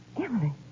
Emily